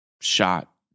shot